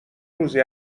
روزی